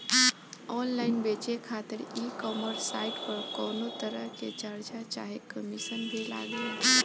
Online बेचे खातिर e commerce site पर कौनोतरह के चार्ज चाहे कमीशन भी लागी?